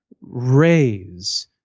raise